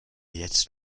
jetzt